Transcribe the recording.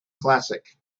classic